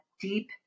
deep